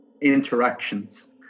interactions